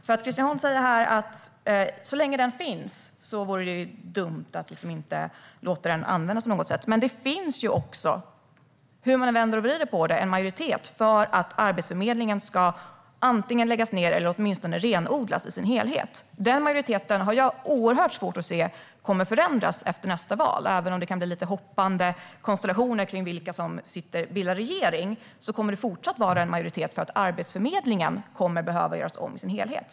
Christian Holm Barenfeld säger här att så länge den finns vore det dumt att inte låta den användas. Men hur man än vänder och vrider på det finns det en majoritet för att Arbetsförmedlingen ska antingen läggas ned eller åtminstone renodlas i sin helhet. Jag har oerhört svårt att se att den majoriteten kommer att förändras efter nästa val. Även om det kan bli lite hoppande konstellationer av vilka som bildar regering kommer det fortsatt att vara en majoritet för att Arbetsförmedlingen behöver göras om i sin helhet.